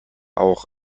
auch